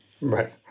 Right